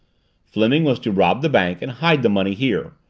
fleming was to rob the bank and hide the money here.